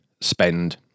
spend